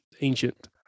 ancient